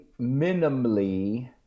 minimally